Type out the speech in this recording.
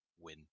win